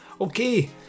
Okay